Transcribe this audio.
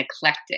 eclectic